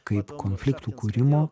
kaip konfliktų kūrimo